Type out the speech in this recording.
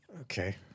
Okay